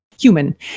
Human